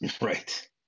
right